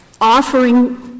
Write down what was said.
offering